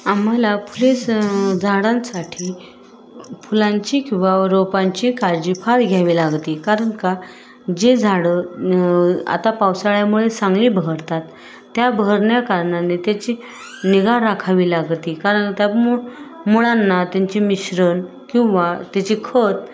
आम्हाला फुले स झाडांसाठी फुलांची किंवा रोपांची काळजी फार घ्यावी लागते कारण का जे झाडं आता पावसाळ्यामुळे चांगली बहरतात त्या बहरण्या कारणाने त्याची निगा राखावी लागते कारण त्या मु मुळांना त्यांचे मिश्रण किंवा त्याचे खत